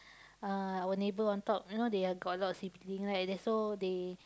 uh our neighbour on top you know they are got a lot of sibling like that's so they